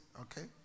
okay